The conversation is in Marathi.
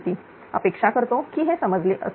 अपेक्षा करतो की हे समजले असेल